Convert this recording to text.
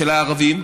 של הערבים,